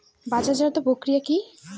বাজারজাতও প্রক্রিয়া কি?